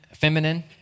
feminine